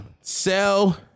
sell